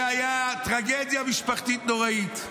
והייתה טרגדיה משפחתית נוראית.